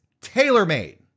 tailor-made